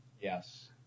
Yes